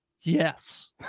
yes